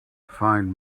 find